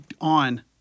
on